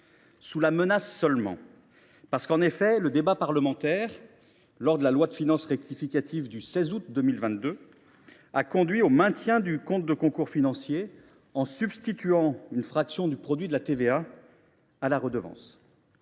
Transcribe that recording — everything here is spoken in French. Sous la menace seulement : en effet, le débat parlementaire, lors de l’examen de la loi de finances rectificative du 16 août 2022, a conduit au maintien du compte de concours financier la substitution d’une fraction du produit de la TVA à la redevance.